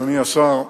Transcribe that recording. אדוני השר,